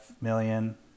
million